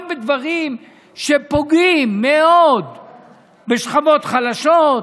רק בדברים שפוגעים מאוד בשכבות חלשות,